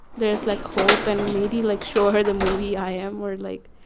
there is like hope and maybe like, show her the movie. i am weird. like,